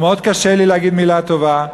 מאוד קשה לי להגיד מילה טובה,